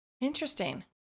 interesting